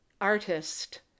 artist